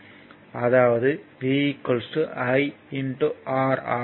அதாவது V IR ஆகும்